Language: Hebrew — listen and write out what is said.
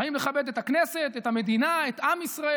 באים לכבד את הכנסת, את המדינה, את עם ישראל,